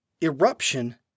Eruption